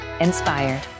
inspired